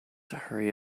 hurry